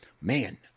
man